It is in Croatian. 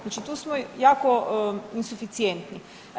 Znači tu smo jako insuficijentni.